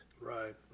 Right